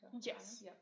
Yes